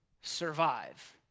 Survive